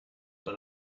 but